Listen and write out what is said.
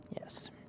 Yes